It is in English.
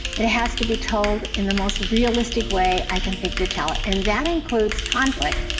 it it has to be told in the most realistic way i can think to tell it. and that includes conflict.